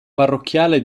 parrocchiale